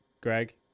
Greg